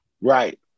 Right